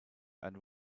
and